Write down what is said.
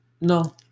no